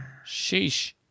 Sheesh